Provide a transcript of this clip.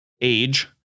age